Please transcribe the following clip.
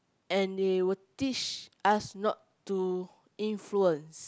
and they will teach us not to influence